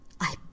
I